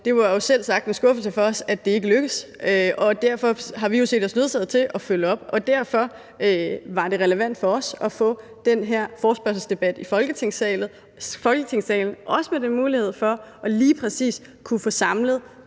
Det var jo selvsagt en skuffelse for os, at det ikke lykkedes. Derfor har vi set os nødsaget til at følge op. Det var relevant for os at få den her forespørgselsdebat i Folketingssalen, også med muligheden for lige præcis at kunne få samlet